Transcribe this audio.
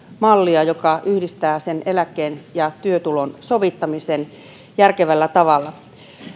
mallia joka sovittaa yhteen eläkkeen ja työtulon järkevällä tavalla